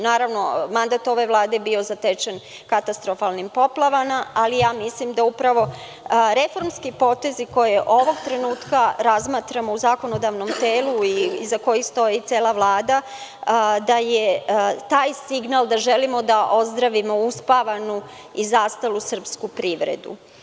Naravno, mandat ove Vlade je bio zatečen katastrofalnim poplavama, ali ja mislim da upravo reformski potezi koje ovog trenutka razmatramo u zakonodavnom telu i za koji stoji cela Vlada, da je taj signal da želimo da ozdravimo uspavanu i zastalu srpsku privredu.